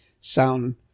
sound